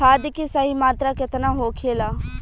खाद्य के सही मात्रा केतना होखेला?